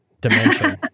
dimension